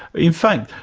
in fact,